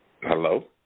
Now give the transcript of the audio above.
Hello